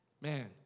Man